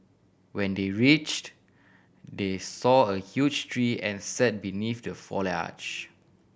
when they reached they saw a huge tree and sat beneath the foliage